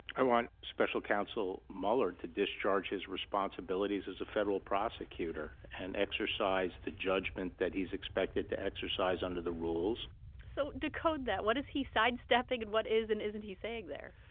i want special counsel mueller to discharge his responsibilities as a federal prosecutor and exercise the judgment that he's expected to exercise under the rules so decode that. what is he sidestepping? and what is and isn't he saying there?